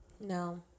No